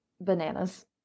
bananas